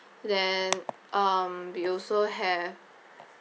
then um we also have